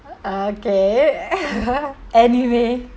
okay anime